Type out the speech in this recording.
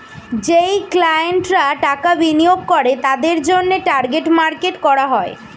যেই ক্লায়েন্টরা টাকা বিনিয়োগ করে তাদের জন্যে টার্গেট মার্কেট করা হয়